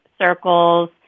circles